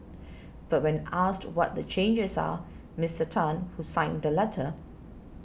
but when asked what the changes are Mister Tan who signed the letter